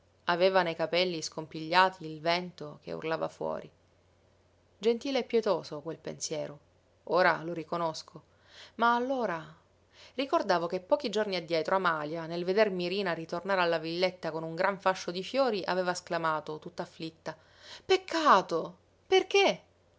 aveva nei capelli scompigliati il vento che urlava fuori gentile e pietoso quel pensiero ora lo riconosco ma allora ricordavo che pochi giorni addietro amalia nel veder mirina ritornare alla villetta con un gran fascio di fiori aveva esclamato tutt'afflitta peccato perché